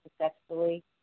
successfully